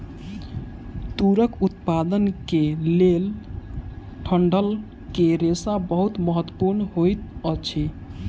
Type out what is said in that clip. तूरक उत्पादन के लेल डंठल के रेशा बहुत महत्वपूर्ण होइत अछि